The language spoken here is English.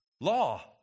Law